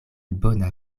bona